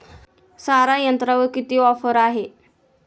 सारा यंत्रावर किती ऑफर आहे?